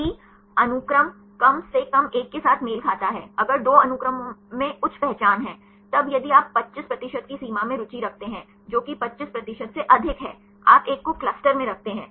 यदि अनुक्रम कम से कम एक के साथ मेल खाता है अगर दो अनुक्रमों में उच्च पहचान है तब यदि आप 25 प्रतिशत की सीमा में रुचि रखते हैं जो कि 25 प्रतिशत से अधिक है आप एक को क्लस्टर में रखते हैं